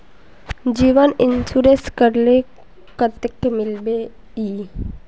जीवन इंश्योरेंस करले कतेक मिलबे ई?